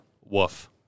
Woof